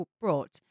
brought